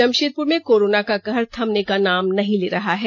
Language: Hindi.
जमशेदपुर में कोरोना का कहर थमने का नाम नहीं ले रहा है